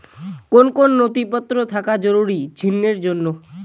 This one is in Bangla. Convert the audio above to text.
কোন কোন নথিপত্র থাকা জরুরি ঋণের জন্য?